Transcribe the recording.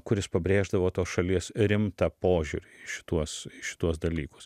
kuris pabrėždavo tos šalies rimtą požiūrį į šituos į šituos dalykus